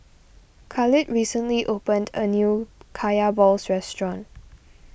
Khalid recently opened a new Kaya Balls restaurant